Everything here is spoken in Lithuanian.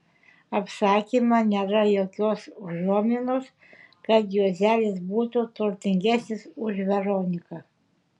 apsakyme nėra jokios užuominos kad juozelis būtų turtingesnis už veroniką